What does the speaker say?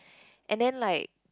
and then like